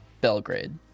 Belgrade